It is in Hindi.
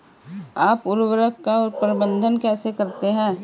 आप उर्वरक का प्रबंधन कैसे करते हैं?